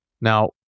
Now